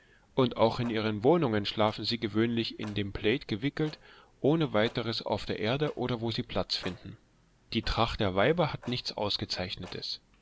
und auch in ihren wohnungen schlafen sie gewöhnlich in dem plaid gewickelt ohne weiteres auf der erde oder wo sie platz finden die tracht der weiber hat nichts ausgezeichnetes